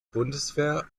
bundeswehr